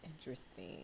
interesting